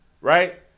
right